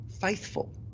faithful